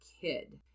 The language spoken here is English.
kid